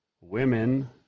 Women